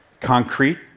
Concrete